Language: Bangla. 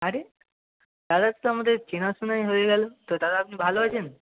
আরে দাদার তো আমাদের চেনা শোনাই হয়ে গেলো তো দাদা আপনি ভালো আছেন